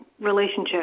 relationship